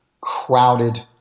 crowded